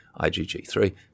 IgG3